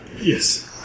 Yes